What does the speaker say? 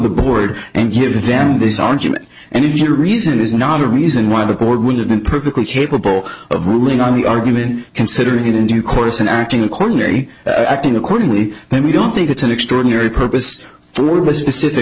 the board and give them this argument and if your reason is not a reason why the board would have been perfectly capable of ruling on the argument considering it in due course and acting accordingly acting accordingly then we don't think it's an extraordinary purpose for the